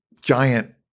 giant